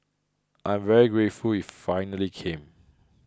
I am very grateful it finally came